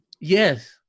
Yes